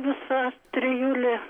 visa trijulė